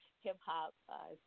hip-hop